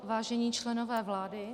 Vážení členové vlády...